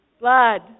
Blood